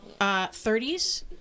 30s